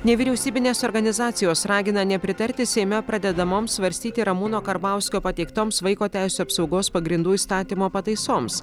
nevyriausybinės organizacijos ragina nepritarti seime pradedamoms svarstyti ramūno karbauskio pateiktoms vaiko teisių apsaugos pagrindų įstatymo pataisoms